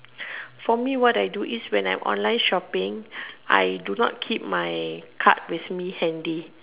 for me what I do is when I online shopping I do not keep my card with me handy